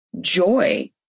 joy